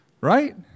Right